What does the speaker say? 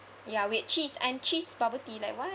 ya with cheese and cheese bubble tea like what